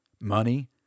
money